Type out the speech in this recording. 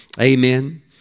Amen